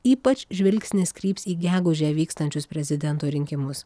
ypač žvilgsnis kryps į gegužę vykstančius prezidento rinkimus